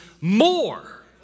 more